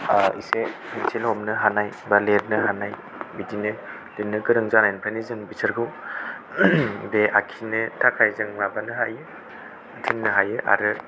इसे पेनसिल हमनो हानाय बा लिरनो हानाय बिदिनो लिरनो गोरों जानायनिफ्रायनो जों बिसोरखौ बे आखिनो थाखाय जों माबानो हायो थिननो हायो आरो